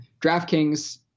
DraftKings